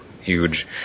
huge